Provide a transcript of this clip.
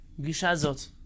Gishazot